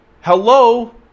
Hello